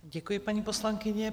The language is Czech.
Děkuji, paní poslankyně.